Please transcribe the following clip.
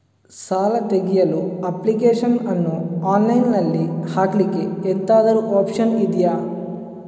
ಸಾಲ ತೆಗಿಯಲು ಅಪ್ಲಿಕೇಶನ್ ಅನ್ನು ಆನ್ಲೈನ್ ಅಲ್ಲಿ ಹಾಕ್ಲಿಕ್ಕೆ ಎಂತಾದ್ರೂ ಒಪ್ಶನ್ ಇದ್ಯಾ?